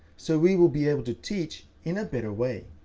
so we will be able to teach in a better way.